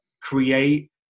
create